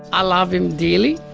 i love him dearly,